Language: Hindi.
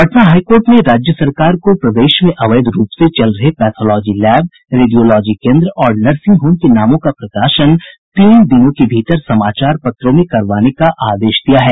पटना हाईकोर्ट ने राज्य सरकार को प्रदेश में अवैध रूप से चल रहे पैथोलॉजी लैब रेडियोलॉजी केन्द्र और नर्सिंग होम के नामों का प्रकाशन तीन दिनों के भीतर समाचार पत्रों में करवाने का आदेश दिया है